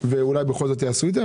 כהסתייגות ואולי בכל זאת יעשו עם זה,